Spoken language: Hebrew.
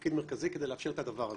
בתפקיד מרכזי כדי לאפשר את הדבר הזה.